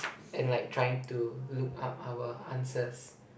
and like trying to look up our answers